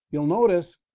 you'll notice,